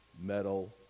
metal